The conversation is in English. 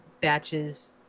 batches